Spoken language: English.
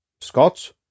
Scott